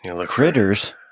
Critters